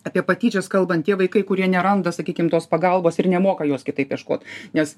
apie patyčias kalbant tie vaikai kurie neranda sakykim tos pagalbos ir nemoka jos kitaip ieškot nes